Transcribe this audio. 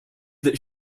that